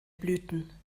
blüten